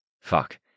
Fuck